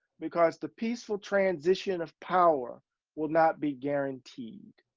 because the peaceful transition of power will not be guaranteed.